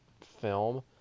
film